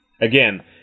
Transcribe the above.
Again